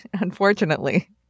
Unfortunately